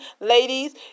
ladies